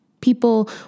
People